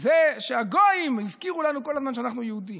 זה שהגויים הזכירו לנו כל הזמן שאנחנו יהודים.